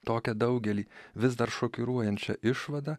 tokią daugelį vis dar šokiruojančią išvadą